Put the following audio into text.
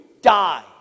die